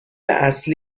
اصلی